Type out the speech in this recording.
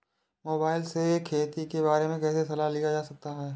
Mobile से खेती के बारे कैसे सलाह लिया जा सकता है?